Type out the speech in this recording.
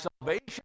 salvation